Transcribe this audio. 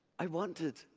i wanted,